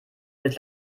mit